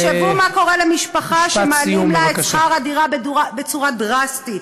תחשבו מה קורה למשפחה שמעלים לה את שכר הדירה בצורה דרסטית,